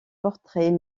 portraits